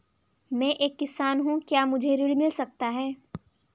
मैं एक किसान हूँ क्या मुझे ऋण मिल सकता है?